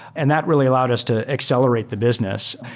and that really allowed us to accelerate the business.